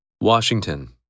Washington